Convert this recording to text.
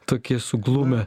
tokie suglumę